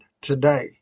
today